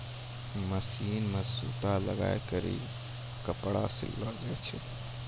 machine मे सूता लगाय करी के कपड़ा सिलो जाय छै